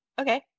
okay